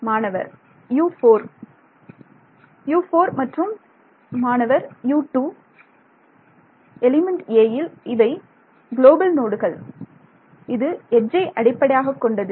மாணவர் U4 U4 மற்றும் மாணவர் U2 எலிமெண்ட் 'a'யில் இவை ஆகையால் குளோபல்நோடுகள் இது எட்ஜை அடிப்படையாகக் கொண்டது